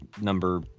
number